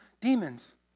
demons